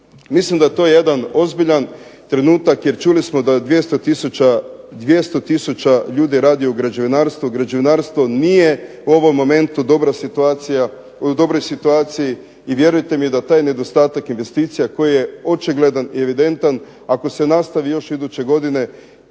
Mislim da je to jedan ozbiljan trenutak, jer čuli smo da 200 tisuća ljudi radi u građevinarstvu. Građevinarstvo nije u ovom momentu dobra situacija, u dobroj situaciji i vjerujte mi da taj nedostatak investicija koji je očigledan i evidentan, ako se nastavi još iduće godine,